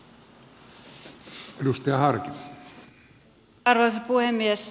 arvoisa puhemies